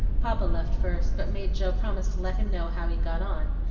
papa left first, but made joe promise to let him know how he got on,